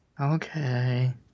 Okay